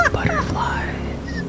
Butterflies